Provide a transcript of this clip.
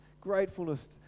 gratefulness